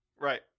Right